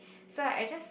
so I just